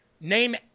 name